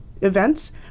events